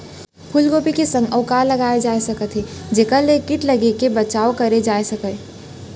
फूलगोभी के संग अऊ का लगाए जाथे सकत हे जेखर ले किट लगे ले बचाव करे जाथे सकय?